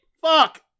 Fuck